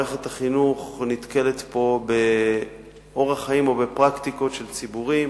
מערכת החינוך נתקלת פה באורח חיים או בפרקטיקות של ציבורים